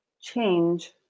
change